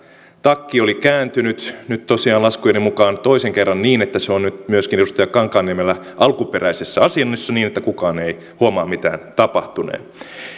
takki oli kääntynyt tosiaan laskujeni mukaan toisen kerran niin että se on nyt myöskin edustaja kankaanniemellä alkuperäisessä asennossa niin että kukaan ei huomaa mitään tapahtuneen